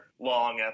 long